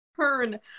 turn